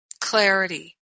clarity